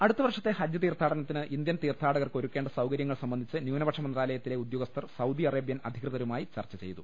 അടുത്ത വർഷത്തെ ഹജ്ജ് തീർത്ഥാടനത്തിന് ഇന്ത്യൻ തീർത്ഥാടകർക്ക് ഒരുക്കേണ്ട സൌകര്യങ്ങൾ സംബന്ധിച്ച് ന്യൂനപക്ഷ മന്ത്രാലയത്തിലെ ഉദ്യോഗസ്ഥർ സൌദി അറേബ്യൻ അധികൃതരുമായി ചർച്ച ചെയ്തു